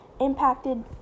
impacted